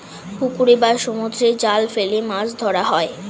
পুকুরে বা সমুদ্রে জাল ফেলে মাছ ধরা হয়